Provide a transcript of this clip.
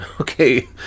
okay